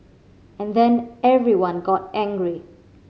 and then everyone got angry